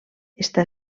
està